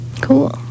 cool